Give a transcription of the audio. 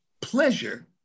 pleasure